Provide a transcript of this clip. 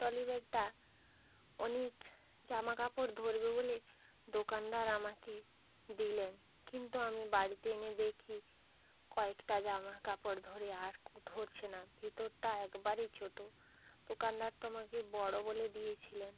ট্রলিব্যাগটা অনেক জামা কাপড় ধরবে বলে দোকানদার আমাকে দিলেন কিন্তু আমি বাড়িতে এনে দেখি কয়েকটা জামা কাপড় ধরে আর কু ধরছে না ভেতরটা একবারেই ছোটো দোকানদার তো আমাকে বড়ো বলে দিয়েছিলেন